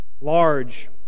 large